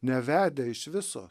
nevedę iš viso